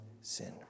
sin